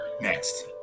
next